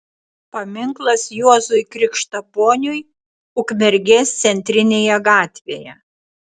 paminklas juozui krikštaponiui ukmergės centrinėje gatvėje